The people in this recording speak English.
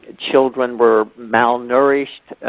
ah children were malnourished.